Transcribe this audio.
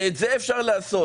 ואת זה אפשר לעשות.